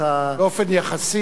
באופן יחסי,